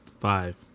five